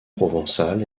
provençal